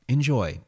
Enjoy